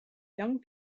young